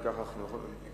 אם כך, אנחנו ניגשים